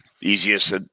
easiest